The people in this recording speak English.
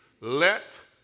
let